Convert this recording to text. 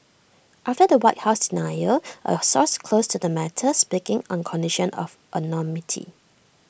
after the white house denial A source close to the matter speaking on condition of anonymity